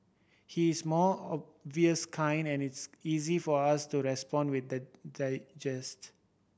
he is more obvious kind and it's easy for us to respond with the